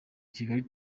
kigali